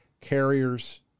carriers